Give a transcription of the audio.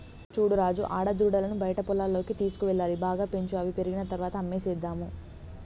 చూడు రాజు ఆడదూడలను బయట పొలాల్లోకి తీసుకువెళ్లాలి బాగా పెంచు అవి పెరిగిన తర్వాత అమ్మేసేద్దాము